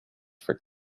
for